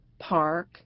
Park